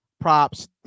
props